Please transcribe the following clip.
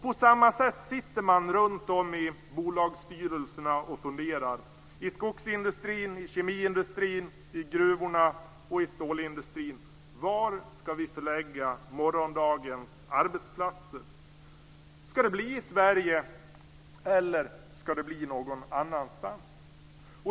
På samma sätt sitter man runtom i bolagsstyrelserna och funderar - i skogsindustrin, kemiindustrin, gruvorna och stålindustrin - var man ska förlägga morgondagens arbetsplatser. Ska det bli i Sverige eller någon annanstans?